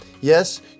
Yes